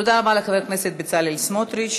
תודה רבה לחבר הכנסת בצלאל סמוטריץ.